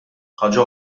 ħaġa